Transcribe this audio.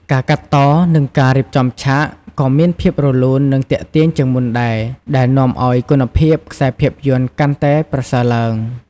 ការកាត់ត និងការរៀបចំឆាក ក៏មានភាព រលូន និងទាក់ទាញជាងមុន ដែរ ដែលនាំឲ្យគុណភាពខ្សែភាពយន្តកាន់តែប្រសើរឡើង។